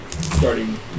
Starting